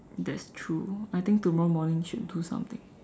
that's true I think tomorrow morning should do something